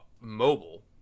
mobile